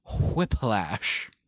Whiplash